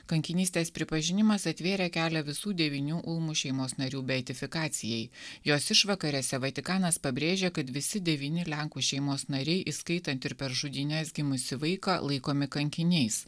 kankinystės pripažinimas atvėrė kelią visų devynių ulmų šeimos narių beatifikacijai jos išvakarėse vatikanas pabrėžė kad visi devyni lenkų šeimos nariai įskaitant ir per žudynes gimusį vaiką laikomi kankiniais